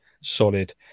solid